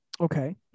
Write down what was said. Okay